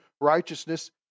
righteousness